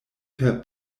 per